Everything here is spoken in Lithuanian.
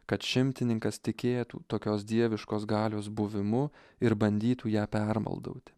kad šimtininkas tikėtų tokios dieviškos galios buvimu ir bandytų ją permaldauti